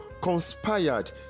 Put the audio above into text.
conspired